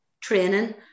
training